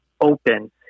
open